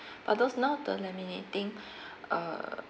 but those now the laminating err